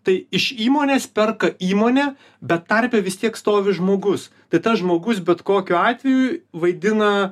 tai iš įmonės perka įmonė bet tarpe vis tiek stovi žmogus tai tas žmogus bet kokiu atveju vaidina